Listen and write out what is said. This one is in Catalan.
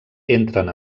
entren